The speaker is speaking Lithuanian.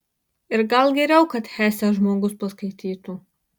ir gal geriau kad hesę žmogus paskaitytų